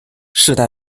世代